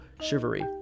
chivalry